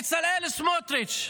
בצלאל סמוטריץ'